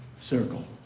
circle